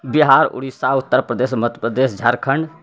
Bihar Orissa Uttar Pradesh Madhya Pradesh Jharkhand